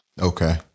Okay